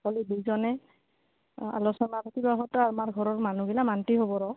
খালি দুজনে আলোচনা কিবাহঁত আমাৰ ঘৰৰ মানুহবিলাক মান্তি হ'ব আৰু